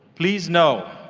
please know,